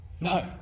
no